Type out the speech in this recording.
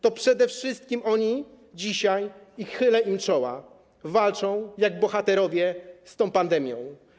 To przede wszystkim oni dzisiaj, i chylę przed nimi czoła, walczą jak bohaterowie z tą pandemią.